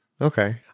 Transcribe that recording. Okay